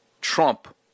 Trump